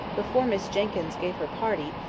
before miss jenkyns gave her party,